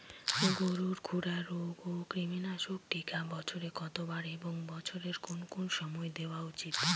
গরুর খুরা রোগ ও কৃমিনাশক টিকা বছরে কতবার এবং বছরের কোন কোন সময় দেওয়া উচিৎ?